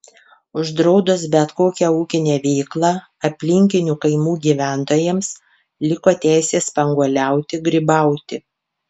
uždraudus bet kokią ūkinę veiklą aplinkinių kaimų gyventojams liko teisė spanguoliauti grybauti